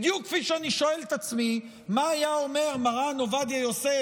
בדיוק כפי שאני שואל את עצמי מה היה אומר מרן עובדיה יוסף,